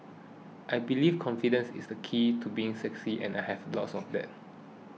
I believe confidence is the key to being sexy and I have loads of that